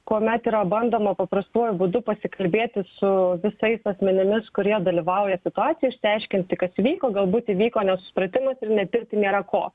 kuomet yra bandoma paprastuoju būdu pasikalbėti su visais asmenimis kurie dalyvauja situacijoj išsiaiškinti kas įvyko galbūt įvyko nesusipratimas ir net tirti nėra ko